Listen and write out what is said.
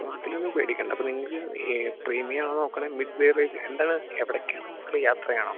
so അതിലൊന്നും പേടിക്കണ്ട അപ്പോ നിങ്ങക്ക് പ്രീമിയം ആണോ നോക്കണേ മിഡ് വേരിയൻറ്റ് എന്താണ് എവിടേക്കാണ് നിങ്ങള് യാത്രയാണോ